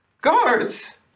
Guards